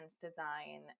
design